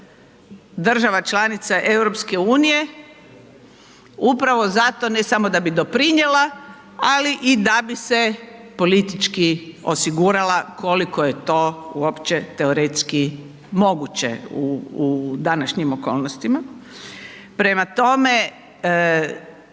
država članica EU upravo zato ne samo da bi doprinijela, ali i da bi se politički osigurala koliko je to uopće teoretski moguće u današnjim okolnostima. Prema tome,